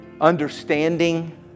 understanding